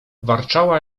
warczała